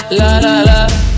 la-la-la